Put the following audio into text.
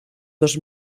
dos